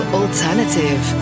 alternative